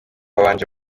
babanje